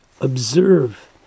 observe